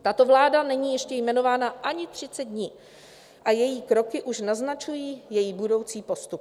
Tato vláda není ještě jmenována ani třicet dní a její kroky už naznačují její budoucí postup.